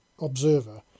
observer